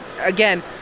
again